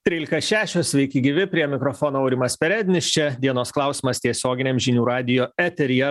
trylika šešios sveiki gyvi prie mikrofono aurimas perednis čia dienos klausimas tiesioginiam žinių radijo eteryje